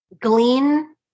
glean